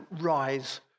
rise